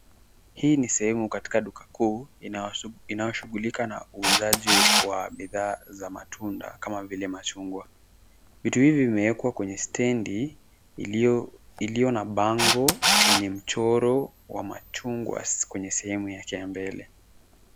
Hii ni sehemu katika duka kuu inayoshughulika na uuzaji wa bidhaa za matunda kama vile machungwa. Vitu hivi vimeekwa kwenye stendi iliyo na bango wenye mchoro wa machungwa kwenye sehemu yake ya mbele.